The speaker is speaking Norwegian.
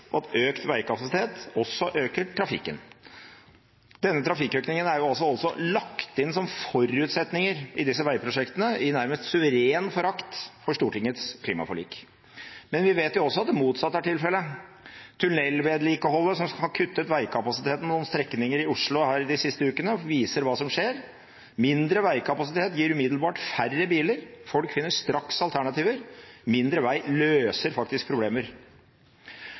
vet at økt veikapasitet også øker trafikken. Denne trafikkøkningen er jo også lagt inn som forutsetning i disse veiprosjektene – i nærmest suveren forakt for Stortingets klimaforlik. Men vi vet jo også at det motsatte er tilfellet: Tunnelvedlikeholdet som har kuttet veikapasiteten på noen strekninger i Oslo de siste ukene, viser hva som skjer. Mindre veikapasitet gir umiddelbart færre biler. Folk finner straks alternativ. Mindre vei løser faktisk problemer.